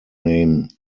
name